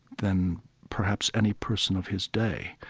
than perhaps any person of his day.